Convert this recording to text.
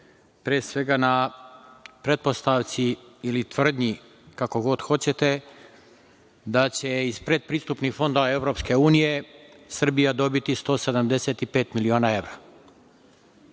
pre svega, na pretpostavci ili tvrdnji, kako god hoćete, da će, iz predpristupnih fondova EU, Srbija dobiti 175 miliona evra.